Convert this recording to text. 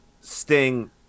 Sting